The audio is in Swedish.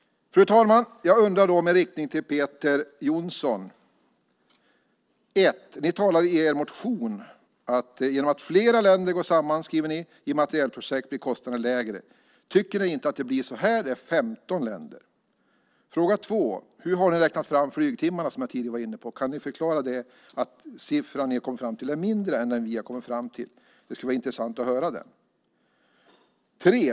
Fru talman! Jag undrar då med riktning till Peter Jonsson: 1. Ni skriver i er motion att genom att flera länder går samman i materielprojekt blir kostnaden lägre. Tycker ni inte att det blir så? Här är det 15 länder. 2. Hur har ni räknat fram flygtimmarna, som jag tidigare var inne på? Kan ni förklara varför den siffra ni har kommit fram till är lägre än den vi har kommit fram till? Det skulle vara intressant att höra det. 3.